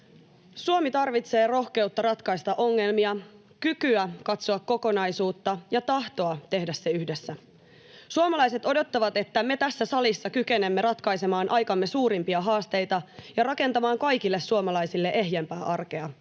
Suomi tarvitsee rohkeutta ratkaista ongelmia, kykyä katsoa kokonaisuutta ja tahtoa tehdä se yhdessä. Suomalaiset odottavat, että me tässä salissa kykenemme ratkaisemaan aikamme suurimpia haasteita ja rakentamaan kaikille suomalaisille ehjempää arkea,